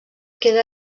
queda